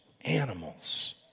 Animals